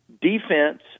Defense